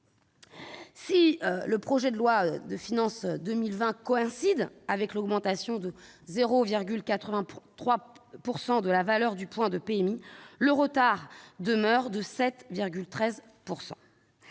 du projet de loi de finances pour 2020 coïncide avec l'augmentation de 0,83 % de la valeur du point de PMI, le retard demeure de 7,13 %.